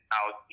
out